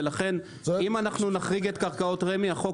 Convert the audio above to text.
ולכן אם אנחנו נחריג את קרקעות רמ"י החוק